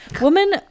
woman